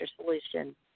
Solution